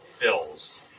Bill's